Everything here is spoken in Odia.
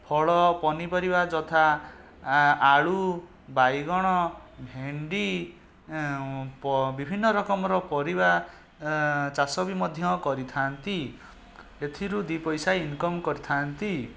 ଫଳ ପନିପରିବା ଯଥା ଆଆଳୁ ବାଇଗଣ ଭେଣ୍ଡିବିଭିନ୍ନ ରକମର ପରିବା ଚାଷ ବି ମଧ୍ୟ କରିଥାନ୍ତି ଏଥିରୁ ଦିଇପଇସା ଇନ୍କମ୍ କରିଥାନ୍ତି